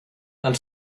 and